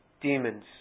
demons